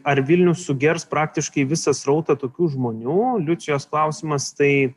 ar vilnius sugers praktiškai visą srautą tokių žmonių liucijos klausimas tai